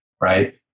right